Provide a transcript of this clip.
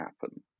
happen